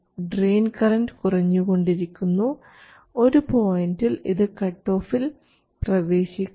drain current കുറഞ്ഞുകൊണ്ടിരിക്കുന്നു ഒരു പോയിൻറിൽ ഇത് കട്ട് ഓഫിൽ പ്രവേശിക്കും